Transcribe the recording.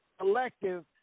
collective